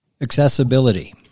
Accessibility